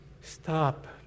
Stop